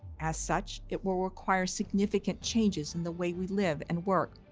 as such, it will require significant changes in the way we live and work.